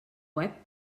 web